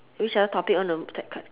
which other topic want to